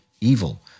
evil